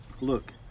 Look